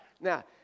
Now